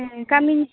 उम गामिनि